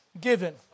given